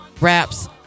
Wraps